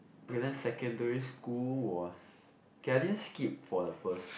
wait then secondary school was okay I didn't skip for the first